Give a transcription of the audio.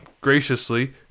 graciously